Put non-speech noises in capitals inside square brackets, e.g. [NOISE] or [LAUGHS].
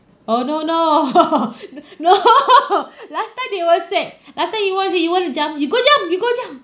oh no no [LAUGHS] no [LAUGHS] last time they will said last time he was you wanna jump you go jump you go jump